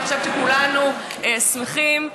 אני חושבת שכולנו שמחים,